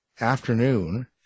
Afternoon